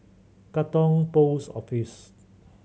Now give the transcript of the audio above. Katong Post Office